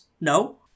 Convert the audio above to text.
No